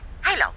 Hello